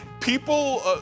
people